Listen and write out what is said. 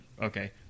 okay